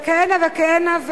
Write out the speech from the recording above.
וכהנה וכהנה,